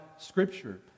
scripture